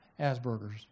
Asperger's